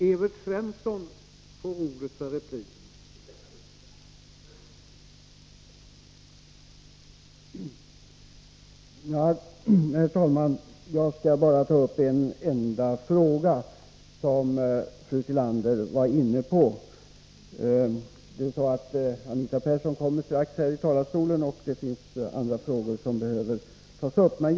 Herr talman! Jag skall bara ta upp en enda fråga av dem som fru Tillander var inne på. Anita Persson kommer strax upp i talarstolen, och det finns andra frågor som behöver behandlas.